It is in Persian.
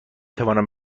توانم